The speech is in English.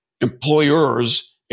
employers